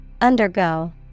Undergo